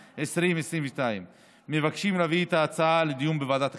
2022. מבקשים להביא את ההצעה לדיון בוועדת הכספים.